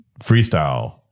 freestyle